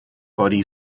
body